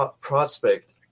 prospect